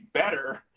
better